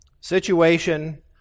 Situation